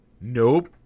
Nope